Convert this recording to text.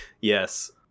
yes